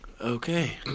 Okay